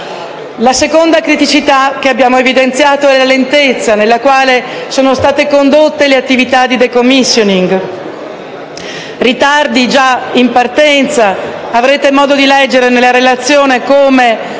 La seconda criticità che abbiamo evidenziato è la lentezza con la quale sono state condotte le attività di *decommissioning*. Ritardi già in partenza. Avrete modo di leggere nella relazione come